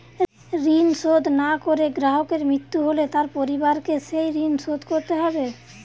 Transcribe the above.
ঋণ শোধ না করে গ্রাহকের মৃত্যু হলে তার পরিবারকে সেই ঋণ শোধ করতে হবে?